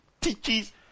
teaches